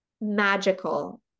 magical